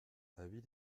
avis